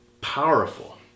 powerful